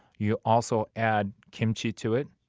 you also add kimchi to it.